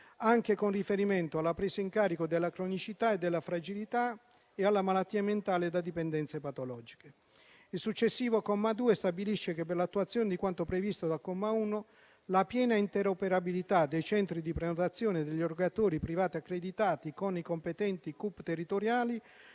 anche con riferimento alla presa in carico della cronicità e della fragilità e alla malattia mentale e da dipendenze patologiche. Il successivo comma 2 stabilisce che, per l'attuazione di quanto previsto dal comma 1, la piena interoperabilità dei centri di prenotazione degli erogatori privati accreditati con i competenti CUP territoriali